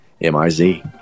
M-I-Z